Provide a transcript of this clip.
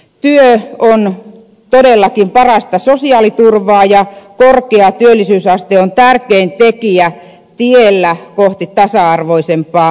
työ on todellakin parasta sosiaaliturvaa ja korkea työllisyysaste on tärkein tekijä tiellä kohti tasa arvoisempaa suomea